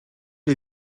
les